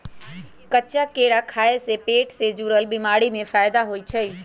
कच्चा केरा खाय से पेट से जुरल बीमारी में फायदा होई छई